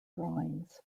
drawings